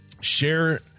share